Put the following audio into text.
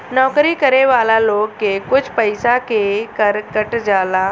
नौकरी करे वाला लोग के कुछ पइसा के कर कट जाला